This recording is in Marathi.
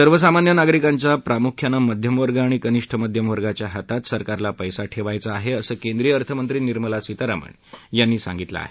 सर्वसामान्य नागरिकांच्या प्रामुख्याने मध्यमवर्ग आणि कनिष्ठ मध्यम वर्गाच्या हातात सरकारला पैसा ठेवायचा आहे असे केंद्रीय अर्थमंत्री निर्मला सीतारामण यांनी सांगितले आहे